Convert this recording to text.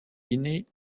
guinée